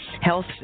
Health